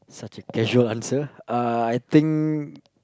such a casual answer uh I think